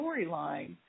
storyline